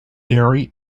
dairy